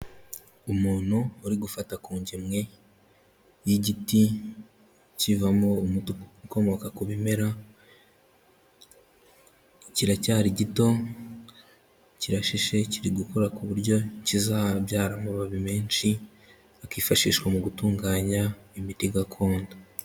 Umuntu uri gufata ku ngemwe y'igiti kivamo umuduti ukomoka ku bimera, kiracyari gito kirashishe kiri gukura ku buryo kizabyara amababi menshi akifashishwa mu gutunganya imiti gakondo.